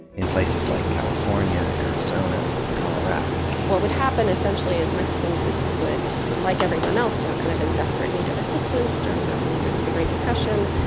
in places like california, arizona, and colorado. what would happen essentially is mexicans would, like everyone else, were kind of in desperate need of assistance during the early years of the great depression.